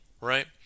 right